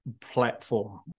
platform